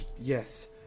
yes